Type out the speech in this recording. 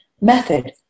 Method